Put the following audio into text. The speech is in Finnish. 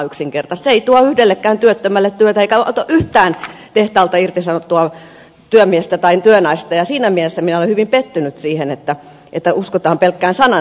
se ei tuo yhdellekään työttömälle työtä eikä auta yhtään tehtaalta irtisanottua työmiestä tai työnaista ja siinä mielessä minä olen hyvin pettynyt siihen että uskotaan pelkkään sanan säilään